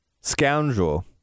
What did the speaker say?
scoundrel